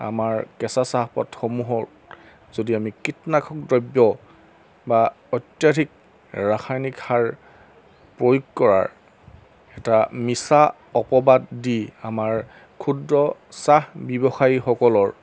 আমাৰ কেঁচা চাহপাতসমূহত যদি আমি কীটনাশক দ্ৰব্য বা অত্যাধিক ৰাসায়নিক সাৰ প্ৰয়োগ কৰাৰ এটা মিছা অপবাদ দি আমাৰ ক্ষুদ্ৰ চাহ ব্যৱসায়ীসকলৰ